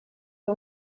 que